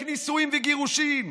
נישואין וגירושין.